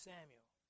Samuel